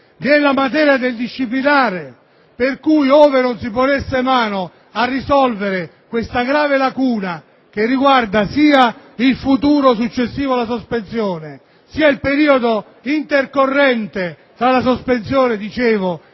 è la materia del disciplinare, per cui ove non si ponesse mano a risolvere questa grave lacuna, che riguarda sia il futuro successivo alla sospensione, sia il periodo intercorrente tra la sospensione e